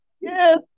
Yes